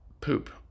poop